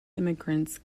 immigrants